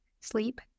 sleep